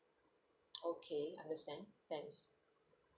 okay understand thanks